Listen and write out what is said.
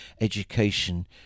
education